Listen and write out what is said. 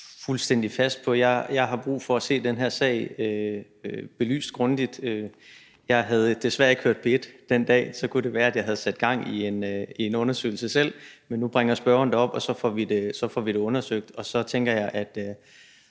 mig fuldstændig fast på. Jeg har brug for at se den her sag belyst grundigt. Jeg havde desværre ikke hørt P1 den dag, for så kunne det være, at jeg selv havde sat gang i en undersøgelse, men nu bringer spørgerne det op, og så får vi det undersøgt, og så tænker jeg, at